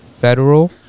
federal